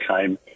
came